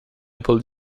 ampla